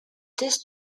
this